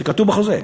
זה כתוב בחוזה.